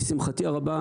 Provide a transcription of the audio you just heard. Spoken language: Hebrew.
לשמחתי הרבה,